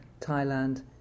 Thailand